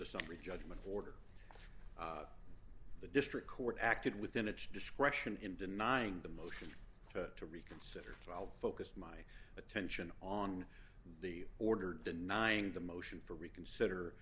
the summary judgment order the district court acted within its discretion in denying the motion to reconsider so i'll focus my attention on the order denying the motion for reconsider